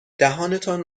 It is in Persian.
دهانتان